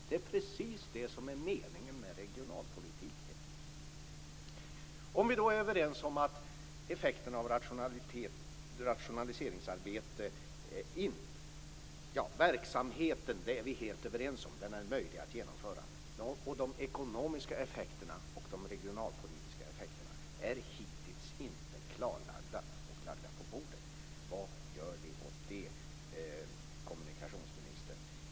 Det är precis det som är meningen med regionalpolitiken. Vi är helt överens om att verksamheten är möjlig att genomföra. De ekonomiska effekterna och de regionalpolitiska effekterna är hittills inte klarlagda och lagda på bordet. Vad gör vi åt det, kommunikationsministern?